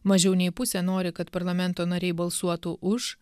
mažiau nei pusė nori kad parlamento nariai balsuotų už